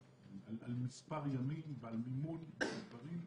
מספר ימים ועל מימון דברים.